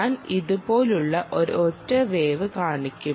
ഞാൻ ഇതുപോലുള്ള ഒരൊറ്റ വേവ് കാണിക്കും